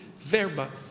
Verba